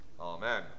Amen